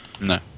No